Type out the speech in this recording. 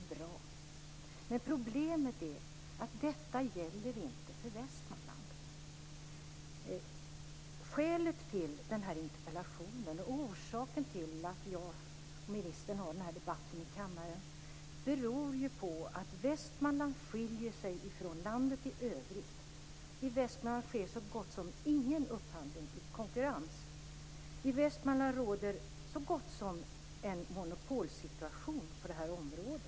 Det är bra. Problemet är att detta inte gäller för Västmanland. Skälet till den här interpellationen och orsaken till att jag och ministern har den här debatten i kammaren är att Västmanland skiljer sig från landet i övrigt. I Västmanland sker så gott som ingen upphandling i konkurrens. I Västmanland råder så gott som en monopolsituation på det här området.